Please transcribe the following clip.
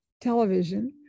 television